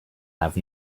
have